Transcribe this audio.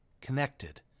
connected